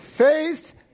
Faith